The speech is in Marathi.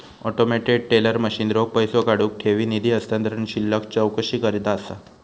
ऑटोमेटेड टेलर मशीन रोख पैसो काढुक, ठेवी, निधी हस्तांतरण, शिल्लक चौकशीकरता असा